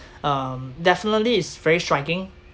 um definitely it's very striking